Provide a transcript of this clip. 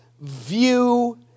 view